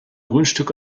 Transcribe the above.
grundstück